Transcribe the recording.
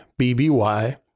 BBY